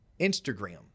Instagram